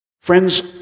Friends